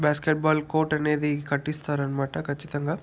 basket ball court అనేది కట్టిస్తారన్నమాట ఖచ్చితంగా